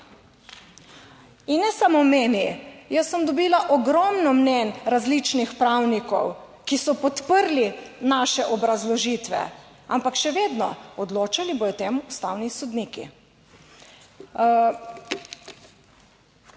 In ne samo meni, jaz sem dobila ogromno mnenj različnih pravnikov, ki so podprli naše obrazložitve, ampak še vedno, odločali bodo o tem ustavni sodniki.